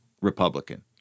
Republican